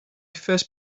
first